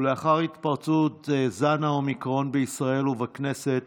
לנוכח התפרצות זן האומיקרון בישראל ובכנסת,